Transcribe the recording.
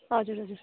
हजुर हजुर